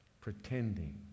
pretending